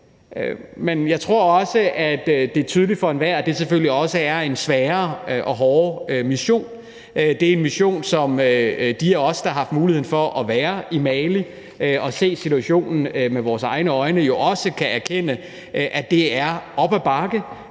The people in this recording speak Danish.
Men jeg tror også, at det er tydeligt for enhver, at det selvfølgelig også er en sværere og hårdere mission. Det er en mission, som de af os, der har haft mulighed for at være i Mali og med egne øjne har set situationen, også kan erkende er en mission, der er op ad bakke